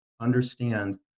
understand